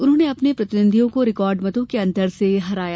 उन्होंने अपने प्रतिद्वंदियों को रिकार्ड मतों के अन्तर से हराया